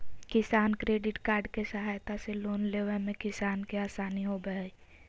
किसान credit card के सहायता से लोन लेवय मे किसान के आसानी होबय हय